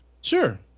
Sure